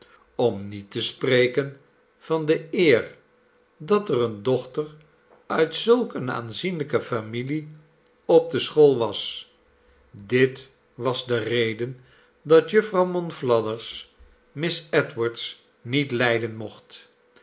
om niet te spreken van de eer dat er eene dochter uit zulk eene aanzienlijke familie op de school was dit was de reden dat jufvrouw monflathers miss edwards niet lijden mocht